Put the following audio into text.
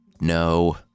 No